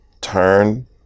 turn